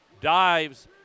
dives